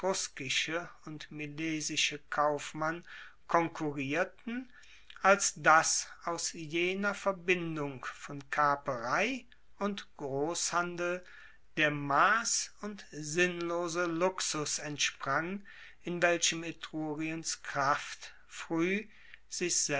und milesische kaufmann konkurrierten als dass aus jener verbindung von kaperei und grosshandel der mass und sinnlose luxus entsprang in welchem etruriens kraft frueh